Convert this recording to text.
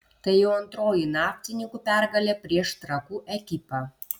tai jau antroji naftininkų pergalė prieš trakų ekipą